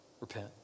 repent